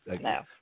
no